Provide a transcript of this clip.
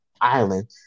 island